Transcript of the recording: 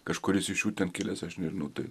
kažkuris iš jų ten kilęs aš nežinau tai